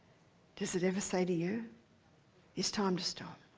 does it ever say to you it's time to stop.